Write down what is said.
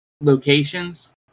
locations